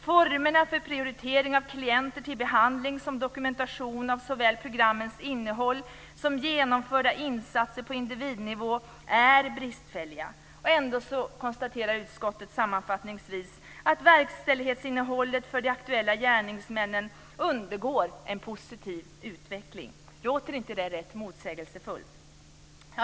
Formerna för prioritering av klienter till behandling och dokumentationen av såväl programmens innehåll som genomförda insatser på individnivå är bristfälliga. Ändå konstaterar utskottet sammanfattningsvis att verkställighetsinnehållet för de aktuella gärningsmännen undergår en positiv utveckling. Låter inte det rätt motsägelsefullt?